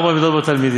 ארבע מידות בתלמידים"